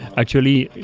actually,